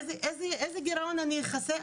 איזה גירעון אני אכסה?